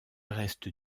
reste